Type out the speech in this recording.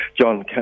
John